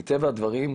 מטבע הדברים,